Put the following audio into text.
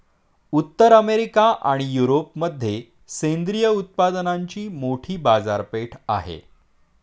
उत्तर अमेरिका आणि युरोपमध्ये सेंद्रिय उत्पादनांची मोठी बाजारपेठ आहे